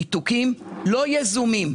ניתוקים לא יזומים,